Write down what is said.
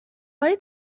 های